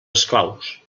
esclaus